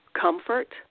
comfort